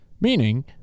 meaning